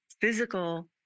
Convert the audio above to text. physical